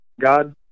God